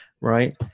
right